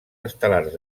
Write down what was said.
estel·lars